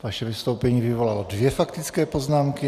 Vaše vystoupení vyvolalo dvě faktické poznámky.